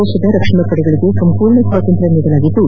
ದೇಶದ ರಕ್ಷಣಾ ವಡೆಗಳಿಗೆ ಸಂಪೂರ್ಣ ಸ್ವಾತಂತ್ರ್ಯ ನೀಡಲಾಗಿದ್ದು